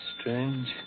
strange